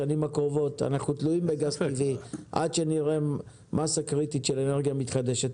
אנחנו תלויים בגז טבעי עד שנראה מאסה קריטית של אנרגיה מתחדשת.